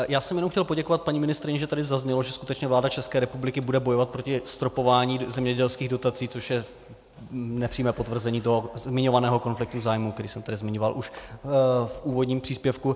Já jsem jenom chtěl poděkovat paní ministryni, že tady zaznělo, že skutečně vláda České republiky bude bojovat proti zastropování zemědělských dotací, což je nepřímé potvrzení toho zmiňovaného konfliktu zájmů, který jsem tady zmiňoval už v úvodním příspěvku.